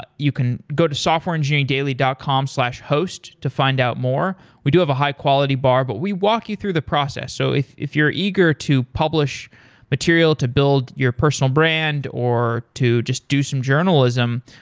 but you can go to softwareengineeringdaily dot com slash host to find out more. we do have a high quality bar, but we walk you through the process. so if if you're eager to publish material to build your personal brand or to just do some journalism,